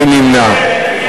מי נמנע?